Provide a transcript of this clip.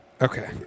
Okay